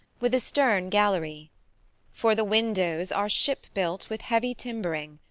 with a stern gallery for the windows are ship built with heavy timbering,